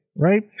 Right